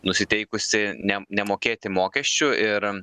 nusiteikusi ne nemokėti mokesčių ir